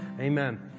Amen